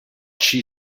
she